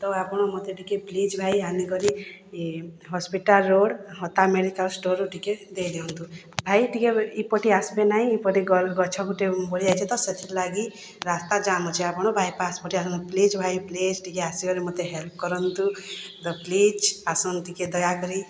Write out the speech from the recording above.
ତ ଆପଣ ମତେ ଟିକେ ପ୍ଲିଜ୍ ଭାଇ ଆନିକରି ଇ ହସ୍ପିଟଲ୍ ରୋଡ଼୍ ହୋତା ମେଡ଼ିକାଲ୍ ଷ୍ଟୋର୍ରେ ଟିକେ ଦେଇଦିଅନ୍ତୁ ଭାଇ ଟିକେ ଇପଟେ ଆସିବେ ନାହିଁ ଇପଟେ ଗଛ ଗୁଟେ ପଡ଼ିଯାଇଚି ତ ସେଥିର୍ ଲାଗି ରାସ୍ତା ଜାମ୍ ଅଛି ଆପଣ ବାଇ ପାସ୍ ପଟେ ଆସନ୍ତୁ ପ୍ଲିଜ୍ ଭାଇ ପ୍ଲିଜ୍ ଟିକେ ଆସିକରି ମତେ ହେଲ୍ପ୍ କରନ୍ତୁ ତ ପ୍ଲିଜ୍ ଆସନ୍ତୁ ଟିକେ ଦୟାକରି